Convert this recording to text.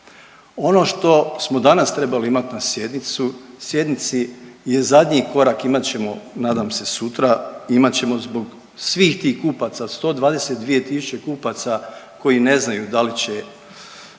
Ono što smo danas trebali imati na sjednici je zadnji korak, imat ćemo nadam se sutra, imat ćemo zbog svih tih kupaca, 122000 kupaca koji ne znaju da li će.